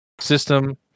system